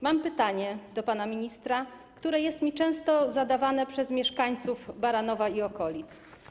Mam pytanie do pana ministra, które jest mi często zadawane przez mieszkańców Baranowa i okolic.